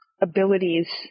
abilities